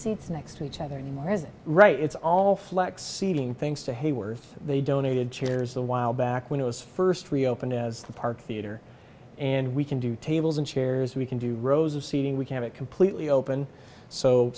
seats next to each other anymore is right it's all flex ceiling things to hayworth they donated chairs a while back when it was first reopened as the park theater and we can do tables and chairs we can do rows of seating we can have it completely open so